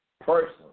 person